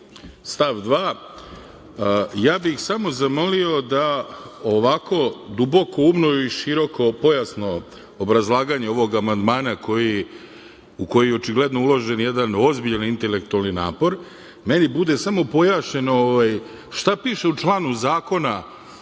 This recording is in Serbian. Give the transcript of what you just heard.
stav 2.Ja bih samo zamolio da ovako dubokoumno i širokopojasno obrazlaganje ovog amandmana u koji je očigledno uložen jedan ozbiljan intelektualni napor, meni bude samo pojašnjeno šta piše u članu zakona